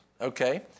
okay